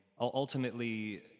Ultimately